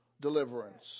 deliverance